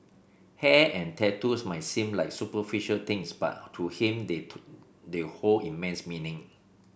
hair and tattoos might seem like superficial things but to him they they hold immense meaning